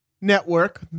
network